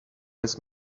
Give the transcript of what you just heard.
his